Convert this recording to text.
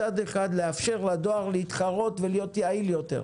מצד אחד לאפשר לדואר להתחרות ולהיות יעיל יותר,